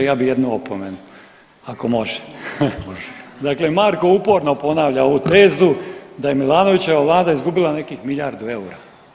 Ja bih jednu opomenu ako može? [[Upadica Sanader: Može.]] Dakle, Marko uporno ponavlja ovu tezu da je Milanovićeva Vlada izgubila nekih milijardu eura.